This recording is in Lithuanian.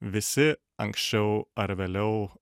visi anksčiau ar vėliau